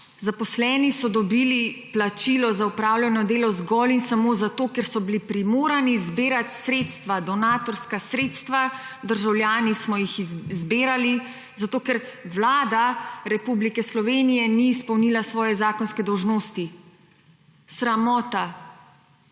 Zaposleni so dobili plačilo za opravljeno delo zgolj in samo zato, ker so bili primorani zbirati sredstva, donatorska sredstva. Državljani smo jih zbirali, zato ker Vlada Republike Slovenije ni izpolnila svoje zakonske dolžnosti. Sramota,